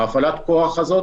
הפעלת הכוח הזאת,